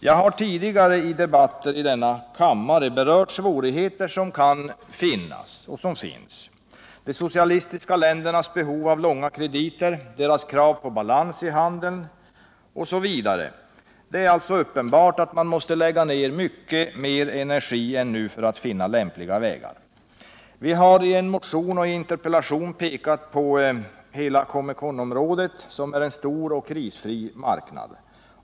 Jag har i tidigare debatter i denna kammare berört svårigheter som kan finnas och som finns — de socialistiska ländernas behov av långa krediter, deras krav på balans i handeln osv. Det är alltså uppenbart att man måste lägga ner mycket mera energi än nu för att finna lämpliga vägar. Vi har i motioner och interpellationer pekat på hela Comeconområdet som är en stor och krisfri marknad.